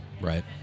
Right